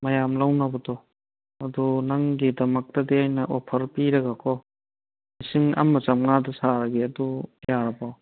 ꯃꯌꯥꯝ ꯂꯧꯅꯕꯗꯣ ꯑꯗꯣ ꯅꯪꯒꯤꯗꯃꯛꯇꯗꯤ ꯑꯩꯅ ꯑꯣꯐꯔ ꯄꯤꯔꯒꯀꯣ ꯂꯤꯁꯤꯡ ꯑꯃ ꯆꯥꯝꯉꯥꯗ ꯁꯥꯔꯒꯦ ꯑꯗꯨ ꯌꯥꯔꯕꯣ